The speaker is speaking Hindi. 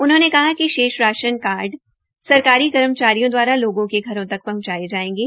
उन्होंने कहा कि शेष राशन कार्ड सरकारी कार्मचारियों द्वारा लोगों के घरों तक पहंचायें जायेंगे